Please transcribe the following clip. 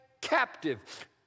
captive